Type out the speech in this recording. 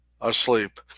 asleep